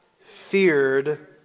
feared